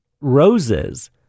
roses